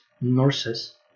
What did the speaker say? nurses